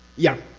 yeah,